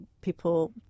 people